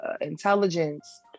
intelligence